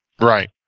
right